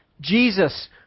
Jesus